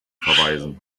verweisen